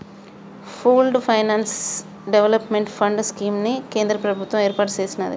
pooled finance development fund scheme ని కేంద్ర ప్రభుత్వం ఏర్పాటు చేసినాది